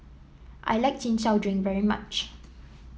I like Chin Chow Drink very much